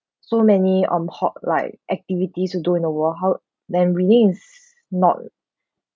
so many um hob~ like activities to do in the world how then we missed not